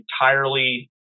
entirely